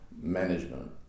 management